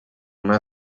més